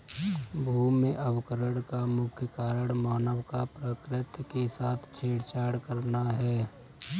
भूमि अवकरण का मुख्य कारण मानव का प्रकृति के साथ छेड़छाड़ करना है